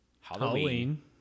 Halloween